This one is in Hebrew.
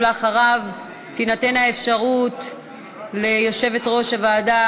ואחריו תינתן האפשרות ליושבת-ראש הוועדה